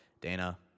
Dana